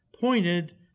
pointed